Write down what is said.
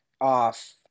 off